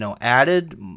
added